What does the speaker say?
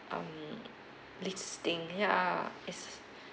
um listing ya is